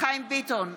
חיים ביטון,